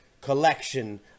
collection